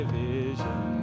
vision